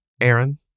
Aaron